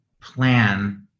plan